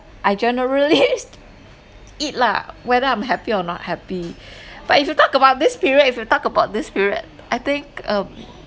I generally just eat lah whether I'm happy or not happy but if you talk about this period if you talk about this period I think um